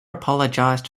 apologized